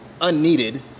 unneeded